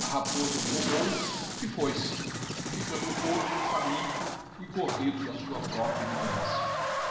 a raposa o tomou e foi-se ficando o corvo faminto e corrido da sua própria ignorância